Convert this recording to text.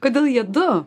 kodėl jie du